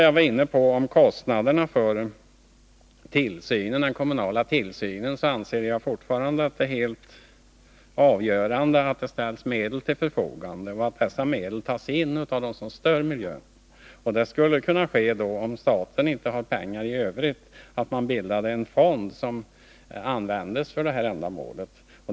Jag var inne på kostnaderna för den kommunala tillsynen, och jag anser fortfarande att det är helt avgörande att det ställs medel till förfogande och att dessa medel tas in av dem som stör miljön. Det skulle kunna ske, om staten inte har pengar i övrigt, genom att det bildas en fond som används för ändamålet.